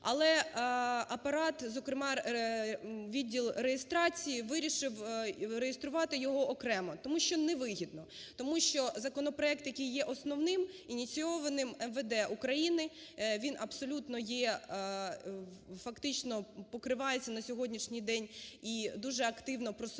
але Апарат, зокрема, Відділ реєстрації вирішив, реєструвати його окремо. Тому що не вигідно, тому що законопроект, який є основним, ініційований МВД України, він абсолютно є, фактично покривається на сьогоднішній день і дуже активно просувається